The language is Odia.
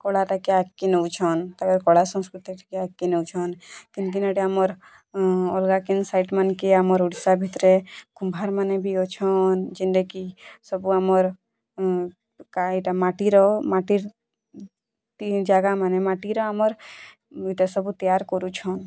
କଳାଟାକେ ଆଗ୍କେ ନେଉଛନ୍ ତାକର୍ କଳା ସଂସ୍କୃତିଟାକେ ଆଗ୍କେ ନେଉଛନ୍ କେନ୍ କେନ୍ ଆଡ଼େ ଆମର୍ ଅଲଗା କେନ୍ ସାଇଡ଼୍ମାନ୍କେ ଆମର୍ ଓଡ଼ିଶା ଭିତରେ କୁମ୍ଭାରମାନେ ବି ଅଛନ୍ ଯେନ୍ଟାକି ସବୁ ଆମର୍ କା ଏଇଟା ମାଟିର ମାଟିର୍ଟି ଜାଗାମାନେ ମାଟିର ଆମର୍ ଏଇଟା ସବୁ ତିଆରି କରୁଛନ୍